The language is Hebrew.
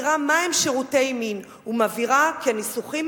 מסבירה מהם שירותי מין ומבהירה כי הניסוחים